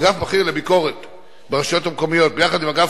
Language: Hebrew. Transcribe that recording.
אגף בכיר לביקורת ברשויות המקומיות ביחד עם אגף